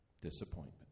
disappointment